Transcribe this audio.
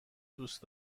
دوست